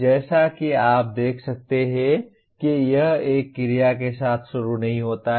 जैसा कि आप देख सकते हैं कि यह एक क्रिया के साथ शुरू नहीं होता है